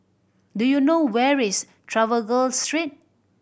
do you know where is Trafalgar Street